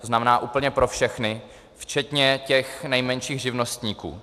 To znamená, úplně pro všechny, včetně těch nejmenších živnostníků.